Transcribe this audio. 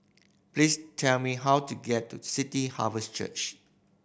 please tell me how to get to City Harvest Church